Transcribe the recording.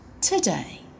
today